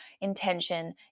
intention